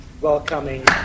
welcoming